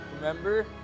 Remember